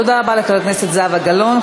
תודה רבה לחברת הכנסת זהבה גלאון.